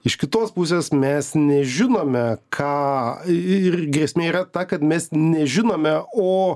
iš kitos pusės mes nežinome ką ir grėsmė yra ta kad mes nežinome o